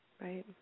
Right